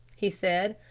he said.